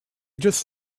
just